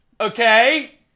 Okay